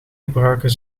gebruiken